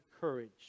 courage